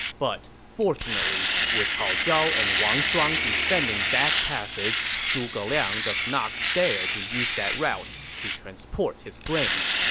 but fortunately, with hao zhao and wang shuang defending that passage, zhuge liang does not dare to use that route to transport his grains.